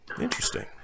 Interesting